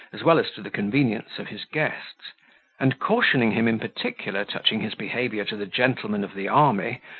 as well as to the convenience of his guests and, cautioning him in particular touching his behaviour to the gentlemen of the army,